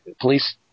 police